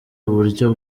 uburyo